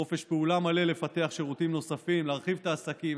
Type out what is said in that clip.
חופש פעולה מלא לפתח שירותים נוספים ולהרחיב את העסקים,